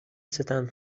ستم